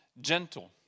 gentle